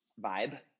vibe